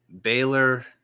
Baylor